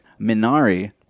Minari